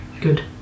Good